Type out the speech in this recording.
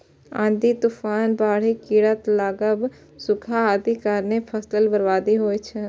आंधी, तूफान, बाढ़ि, कीड़ा लागब, सूखा आदिक कारणें फसलक बर्बादी होइ छै